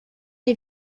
die